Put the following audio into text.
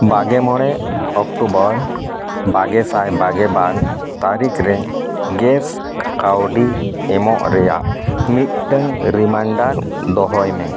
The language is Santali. ᱵᱟᱜᱮ ᱢᱚᱬᱮ ᱚᱠᱴᱳᱵᱚᱨ ᱵᱟᱜᱮ ᱥᱟᱭ ᱵᱟᱜᱮ ᱵᱟᱨ ᱛᱟᱨᱤᱠᱷ ᱨᱮ ᱜᱮᱥ ᱠᱟᱣᱰᱤ ᱮᱢᱚᱜ ᱨᱮᱭᱟᱜ ᱢᱤᱫᱴᱟᱝ ᱨᱤᱢᱟᱭᱤᱱᱰᱟᱨ ᱫᱚᱦᱚᱭ ᱢᱮ